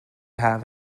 have